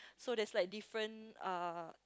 so there's like different uh